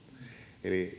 eli